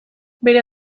bere